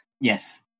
Yes